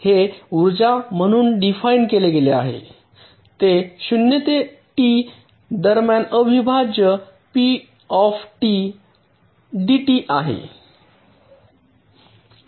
हे उर्जा म्हणून डिफाइन केले गेले आहे ते 0 आणि टी दरम्यान अविभाज्य पीटी डीटी आहे